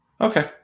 Okay